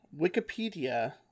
wikipedia